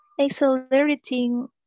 accelerating